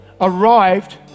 arrived